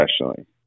professionally